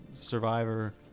survivor